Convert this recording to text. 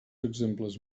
exemples